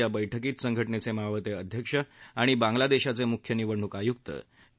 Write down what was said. या बैठकीत संघ डेचे मावळते अध्यक्ष आणि बांगलादेशाचे मुख्य निवडणूक आयुक्त के